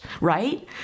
right